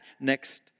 next